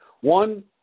one